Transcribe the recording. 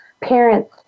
parents